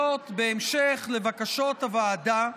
זאת בהמשך לבקשות הוועדה,